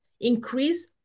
increase